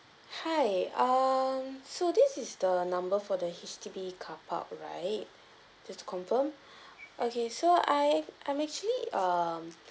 hi um so this is the number for the H_D_B carpark right just to confirm okay so I I'm actually um